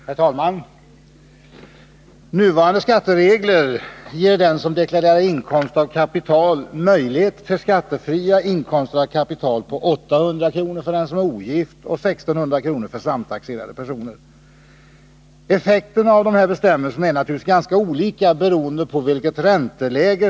Herr talman! Nuvarande skatteregler ger den som deklarerar inkomst av kapital möjligheter till skattefria inkomster av kapital på 800 kr. för den som är ogift och 1600 kr. för samtaxerade personer. Effekterna av dessa bestämmelser är naturligtvis ganska olika, beroende på ränteläget för det aktuella året.